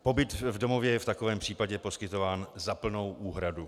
Pobyt v domově je v takovém případě poskytován za plnou úhradu.